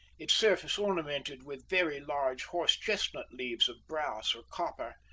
its surface ornamented with very large horse-chestnut leaves of brass or copper,